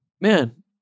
Man